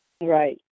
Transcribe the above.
Right